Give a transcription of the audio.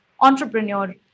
entrepreneur